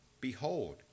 Behold